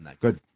Good